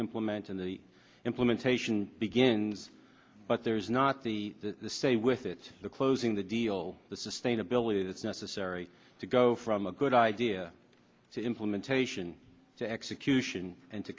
implement in the implementation begins but there's not the stay with it the closing the deal the sustainability that's necessary to go from a good idea to implementation to execution